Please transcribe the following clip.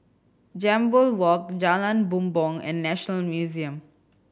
Jambol Walk Jalan Bumbong and National Museum